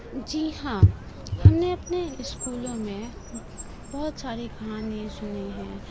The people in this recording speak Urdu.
جی ہاں ہم نے اپنے اسکولوں میں بہت ساری کہانیاں سنی ہیں